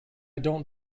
don’t